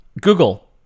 Google